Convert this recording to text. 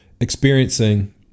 experiencing